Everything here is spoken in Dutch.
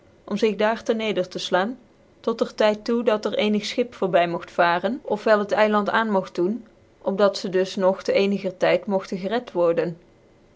om zip daar ter neder tc flaan tot er tyd toe dat er ccnig schip voorby mogt varen of wel het eiland aan mogt doen op dat zy dus nog t'ecniger tyd mogtcn gered worden